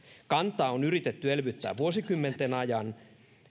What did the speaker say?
kantaa on yritetty elvyttää vuosikymmenten ajan